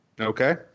Okay